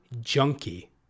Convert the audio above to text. Junkie